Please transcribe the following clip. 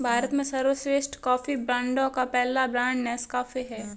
भारत में सर्वश्रेष्ठ कॉफी ब्रांडों का पहला ब्रांड नेस्काफे है